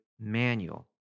manual